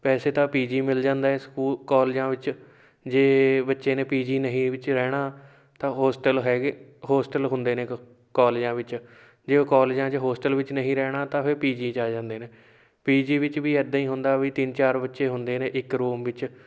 ਵੈਸੇ ਤਾਂ P G ਮਿਲ ਜਾਂਦਾ ਸਕੂਲ ਕੋਲਜਾਂ ਵਿੱਚ ਜੇ ਬੱਚੇ ਨੇ ਪੀ ਜੀ ਨਹੀਂ ਵਿੱਚ ਰਹਿਣਾ ਤਾਂ ਹੋਸਟਲ ਹੈਗੇ ਹੋਸਟਲ ਹੁੰਦੇ ਨੇ ਕ ਕੋਲਜਾਂ ਵਿੱਚ ਜੇ ਉਹ ਕੋਲਜਾਂ 'ਚ ਹੋਸਟਲ ਵਿੱਚ ਨਹੀਂ ਰਹਿਣਾ ਤਾਂ ਫਿਰ ਪੀ ਜੀ 'ਚ ਆ ਜਾਂਦੇ ਨੇ ਪੀ ਜੀ ਵਿੱਚ ਵੀ ਇੱਦਾਂ ਹੀ ਹੁੰਦਾ ਵੀ ਤਿੰਨ ਚਾਰ ਬੱਚੇ ਹੁੰਦੇ ਨੇ ਇੱਕ ਰੂਮ ਵਿੱਚ